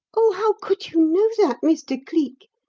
oh, how could you know that, mr. cleek?